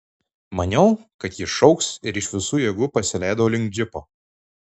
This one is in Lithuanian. maniau kad ji šauks ir iš visų jėgų pasileidau link džipo